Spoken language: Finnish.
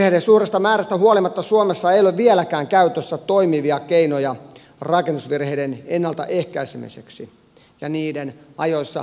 virheiden suuresta määrästä huolimatta suomessa ei ole vieläkään käytössä toimivia keinoja rakennusvirheiden ennalta ehkäisemiseksi ja niiden ajoissa havaitsemiseksi